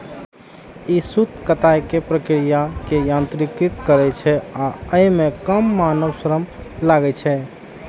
ई सूत कताइक प्रक्रिया कें यत्रीकृत करै छै आ अय मे कम मानव श्रम लागै छै